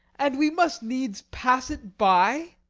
and we must needs pass it by!